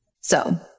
So-